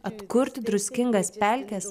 atkurti druskingas pelkes